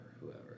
whoever